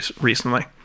recently